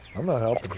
i'm not helping